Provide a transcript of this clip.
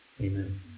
Amen